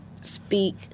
speak